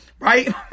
Right